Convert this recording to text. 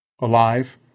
alive